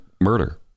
murder